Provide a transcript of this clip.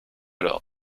lord